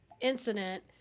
incident